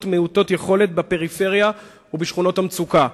מעוטות יכולת בפריפריה ובשכונות המצוקה.